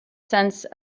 sense